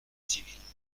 civilement